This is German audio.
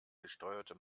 gesteuerte